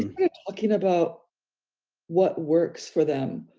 yeah talking about what works for them,